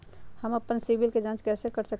हम अपन सिबिल के जाँच कइसे कर सकली ह?